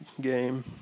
game